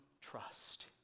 trust